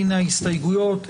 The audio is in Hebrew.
הנה ההסתייגויות.